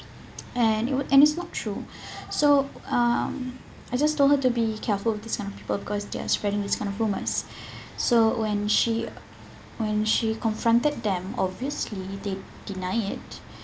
and it would and it's not true so um I just told her to be careful with these kind of people because they're spreading this kind of rumours so when she when she confronted them obviously they deny it